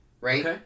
right